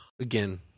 again